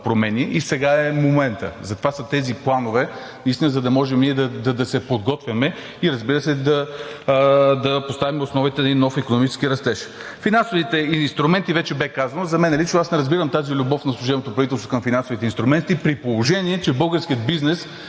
промени. Сега е моментът. Затова са тези планове, за да можем ние да се подготвяме и, разбира се, да поставим основите на един нов икономически растеж. За финансовите инструменти вече бе казано. Аз лично не разбирам тази любов на служебното правителство към финансовите инструменти, при положение че българският бизнес